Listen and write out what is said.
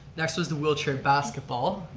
next was the wheelchair basketball.